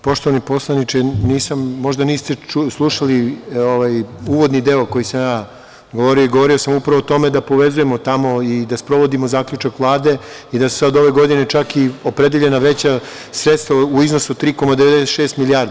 Poštovani poslaniče, možda niste čuli, slušali uvodni deo koji sam ja govorio i govorio sam upravo o tome da povezujemo tamo i da sprovodimo zaključak Vlade i da su sad ove godine čak i opredeljena veća sredstva u iznosu od 3,96 milijardi.